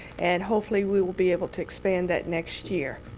and hopefully we will be able to expand that next year.